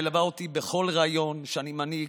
מלווה אותי בכל ריאיון שאני מעניק,